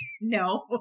No